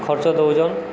ଖର୍ଚ୍ଚ ଦେଉଛନ୍